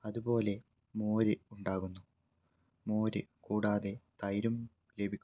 അതുപോലെ മോര് ഉണ്ടാകുന്നു മോര് കൂടാതെ തൈരും ലഭിക്കുന്നു